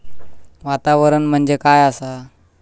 वातावरण म्हणजे काय असा?